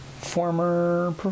former